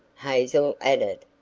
hazel added.